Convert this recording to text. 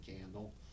candle